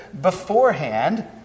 beforehand